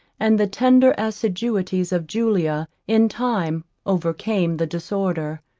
and the tender assiduities of julia, in time overcame the disorder.